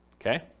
Okay